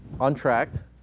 untracked